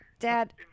dad